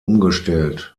umgestellt